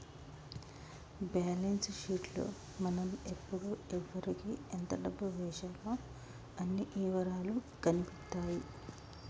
balance sheet లో మనం ఎప్పుడు ఎవరికీ ఎంత డబ్బు వేశామో అన్ని ఇవరాలూ కనిపిత్తాయి